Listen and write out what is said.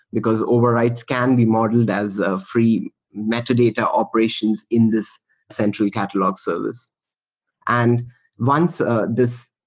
because overwrites can be modeled as a free metadata operations in this central catalog service and once ah this